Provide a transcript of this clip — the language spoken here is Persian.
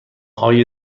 های